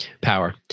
power